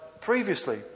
previously